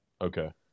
okay